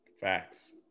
Facts